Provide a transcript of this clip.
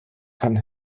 kann